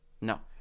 No